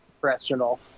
professional